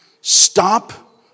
Stop